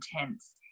intense